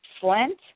flint